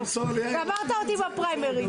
גמרת אותי בפריימריז.